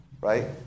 right